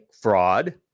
fraud